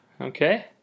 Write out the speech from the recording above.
Okay